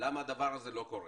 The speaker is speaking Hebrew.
למה הדבר הזה לא קורה.